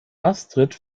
astrid